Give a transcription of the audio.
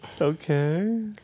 okay